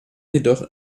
jedoch